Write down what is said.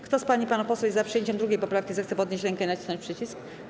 Kto z pań i panów posłów jest za przyjęciem 2. poprawki, zechce podnieść rękę i nacisnąć przycisk.